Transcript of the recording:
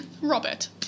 Robert